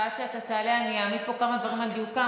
עד שאתה תעלה, אני אעמיד פה כמה דברים על דיוקם.